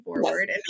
forward